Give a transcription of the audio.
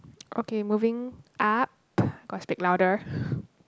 okay moving up got to speak louder